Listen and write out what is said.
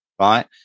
right